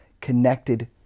connected